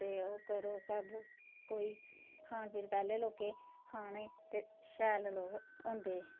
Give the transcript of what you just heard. ते ओह् करो सब कोई खान पीन पैह्लें लोकें खाने गी ते शैल लोक होंदे हे